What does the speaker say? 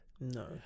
No